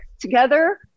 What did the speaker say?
together